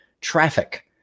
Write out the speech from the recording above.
traffic